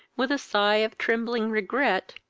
with a sigh of trembling regret,